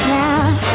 now